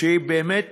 שבאמת